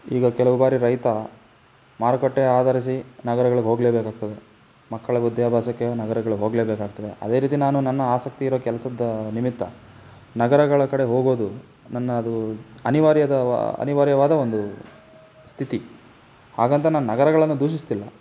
ಈಗ ಕೆಲವು ಬಾರಿ ರೈತ ಮಾರುಕಟ್ಟೆ ಆಧರಿಸಿ ನಗರಗಳಿಗ್ ಹೋಗಲೇ ಬೇಕಾಗ್ತದೆ ಮಕ್ಕಳ ವಿದ್ಯಾಭ್ಯಾಸಕ್ಕೆ ನಗರಗಳಿಗ್ ಹೋಗಲೇ ಬೇಕಾಗ್ತದೆ ಅದೇ ರೀತಿ ನಾನು ನನ್ನ ಆಸಕ್ತಿ ಇರೋ ಕೆಲ್ಸದ ನಿಮಿತ್ತ ನಗರಗಳ ಕಡೆ ಹೋಗೋದು ನನ್ನ ಅದು ಅನಿವಾರ್ಯದ ವಾ ಅನಿವಾರ್ಯವಾದ ಒಂದು ಸ್ಥಿತಿ ಹಾಗಂತ ನಾನು ನಗರಗಳನ್ನು ದೂಷಿಸ್ತಿಲ್ಲ